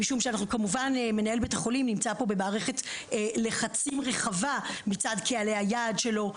משום שמנהל בית החולים נמצא פה במערכת לחצים רחבה מצד קהלי היעד שלו,